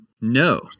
No